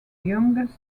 youngest